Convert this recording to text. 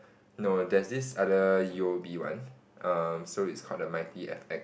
no there's this other u_o_b one um so it's called the mighty F_X